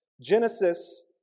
Genesis